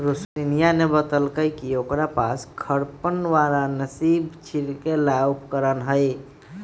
रोशिनीया ने बतल कई कि ओकरा पास खरपतवारनाशी छिड़के ला उपकरण हई